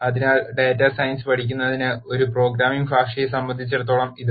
അതിനാൽ data science പഠിക്കുന്നതിന് ഒരു പ്രോഗ്രാമിംഗ് ഭാഷയെ സംബന്ധിച്ചിടത്തോളം അത്